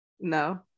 No